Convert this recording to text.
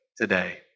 today